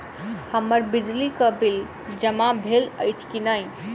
हम्मर बिजली कऽ बिल जमा भेल अछि की नहि?